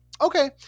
Okay